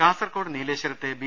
കാസർകോട്ട് നീലേശ്വരത്ത് ബി